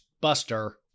Buster